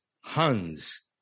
Huns